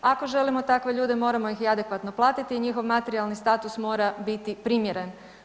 Ako želimo takve ljude moramo ih i adekvatno platiti i njihov materijalni status mora biti primjeren.